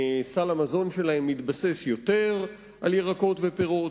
סל המזון שלהם מתבסס יותר על ירקות ופירות,